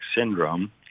syndrome